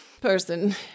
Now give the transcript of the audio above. person